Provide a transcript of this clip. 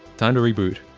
time to reboot.